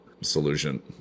solution